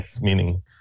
meaning